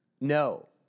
No